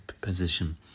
position